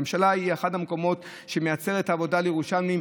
הממשלה היא אחד המקומות שמייצר עבודה לירושלמים,